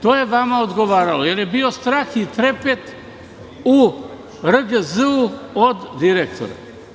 To je vama odgovaralo jer je bio strah i trepet u RGZ od direktora.